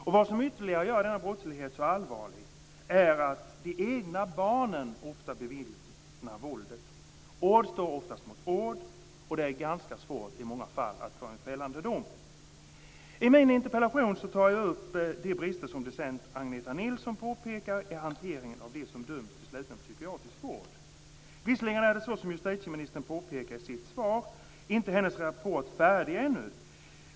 Och det som ytterligare gör denna brottslighet så allvarlig är att de egna barnen ofta bevittnar våldet. Ord står oftast mot ord och det är i många fall ganska svårt att få en fällande dom. I min interpellation tar jag upp de brister som docent Agneta Nilsson påpekar i hanteringen av dem som döms till sluten psykiatrisk vård. Visserligen är, som justitieministern påpekar i sitt svar, hennes rapport inte färdig ännu.